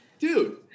dude